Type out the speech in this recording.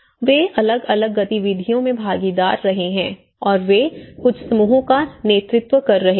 वे अलग अलग गतिविधियों में भागीदार रहे हैं और वे कुछ समूहों का नेतृत्व करते रहे हैं